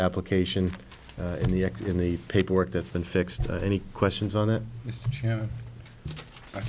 application and the x in the paperwork that's been fixed any questions on it yeah i